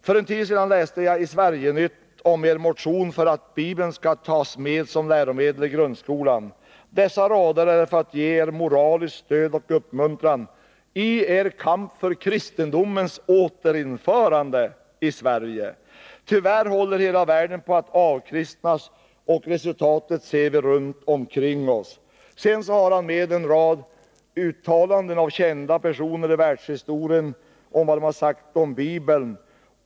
”För en tid sedan läste jag i Sverige-Nytt ——- om Er motion för att Bibeln skall tas med som läromedel i grundskolan. Dessa rader är för att ge er moraliskt stöd och uppmuntran i er kamp för kristendomens återinförande i Sverige. Tyvärr håller hela världen på att avkristnas, och resultatet ser vi runt omkring oss.” Så har han med en rad uttalanden av kända personer i världshistorien om Bibeln.